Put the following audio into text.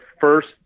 first